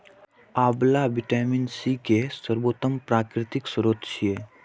आंवला vitamin C के सर्वोत्तम प्राकृतिक स्रोत छियै